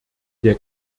der